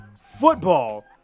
football